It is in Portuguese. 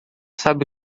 sabe